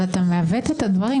אבל אתה מעוות את הדברים.